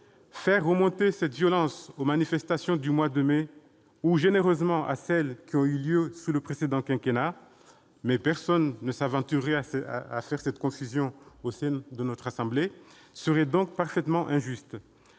Faire remonter cette violence aux manifestations du mois de mai ou, généreusement, à celles qui ont eu lieu sous le précédent quinquennat- mais personne ne s'aventurerait à faire cette confusion au sein de notre assemblée ... -serait donc parfaitement injuste.